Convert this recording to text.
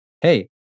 hey